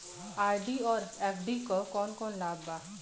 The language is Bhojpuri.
आर.डी और एफ.डी क कौन कौन लाभ बा?